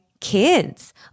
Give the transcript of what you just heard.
Kids